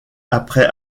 après